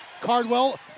Cardwell